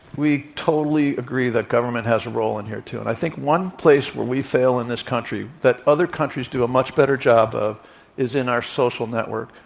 we totally agree that government has a role in here, too, and i think one place where we fail in this country that other countries do a much better job of is in our social care